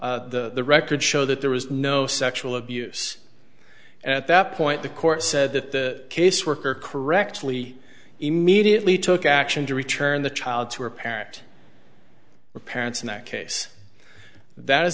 the records show that there was no sexual abuse at that point the court said that the caseworker correctly immediately took action to return the child to a parent or parents in that case that is